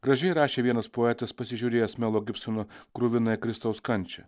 gražiai rašė vienas poetas pasižiūrėjęs melo gibsono kruvinąją kristaus kančią